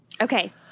Okay